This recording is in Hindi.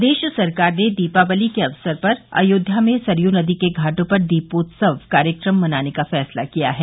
प्रदेश सरकार ने दीपावली के अवसर पर अयोध्या में सरयू नदी के घाटों पर दीपोत्सव कार्यक्रम मनाने का फैसला किया है